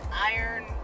iron